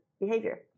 behavior